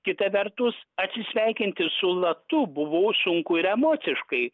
kita vertus atsisveikinti su latu buvo sunku ir emociškai